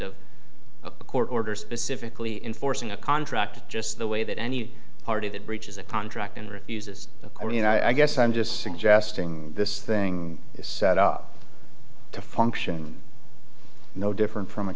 a court order specifically enforcing a contract just the way that any party that breaches a contract and refuses to i mean i guess i'm just suggesting this thing is set up to function no different from a